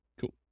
Cool